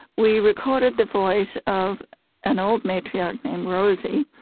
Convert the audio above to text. we recorded the voice of an old matriarch named rosie,